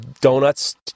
donuts